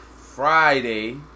Friday